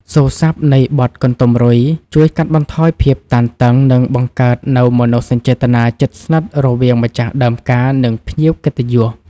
សូរស័ព្ទនៃបទកន្ទុំរុយជួយកាត់បន្ថយភាពតានតឹង និងបង្កើតនូវមនោសញ្ចេតនាជិតស្និទ្ធរវាងម្ចាស់ដើមការ និងភ្ញៀវកិត្តិយស។